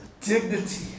Dignity